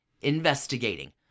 Investigating